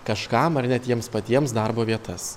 kažkam ar net jiems patiems darbo vietas